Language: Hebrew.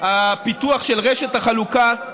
הפיתוח של רשת החלוקה,